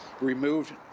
removed